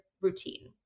routine